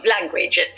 language